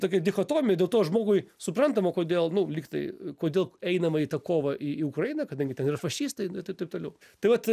tokia dichotomija dėl to žmogui suprantama kodėl nu lyg tai kodėl einama į tą kovą į į ukrainą kadangi ten yra fašistai tai taip toliau tai vat